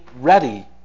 ready